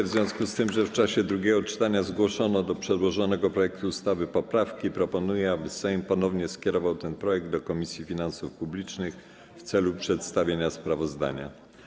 W związku z tym, że w czasie drugiego czytania zgłoszono do przedłożonego projektu ustawy poprawki, proponuję, aby Sejm ponownie skierował ten projekt do Komisji Finansów Publicznych w celu przedstawienia sprawozdania.